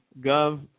Gov